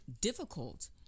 difficult